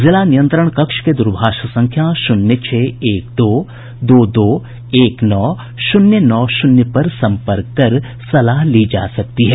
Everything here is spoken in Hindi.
जिला नियंत्रण कक्ष के दूरभाष संख्या शून्य छह एक दो दो दो एक नौ शून्य नौ शून्य पर सम्पर्क कर सलाह ली जा सकती है